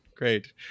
Great